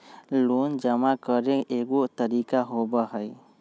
Loan जमा करेंगे एगो तारीक होबहई?